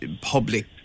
public